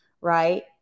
right